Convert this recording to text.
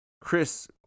Chris